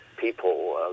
people